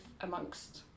amongst